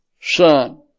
son